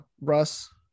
Russ